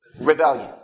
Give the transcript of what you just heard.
rebellion